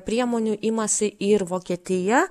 priemonių imasi ir vokietija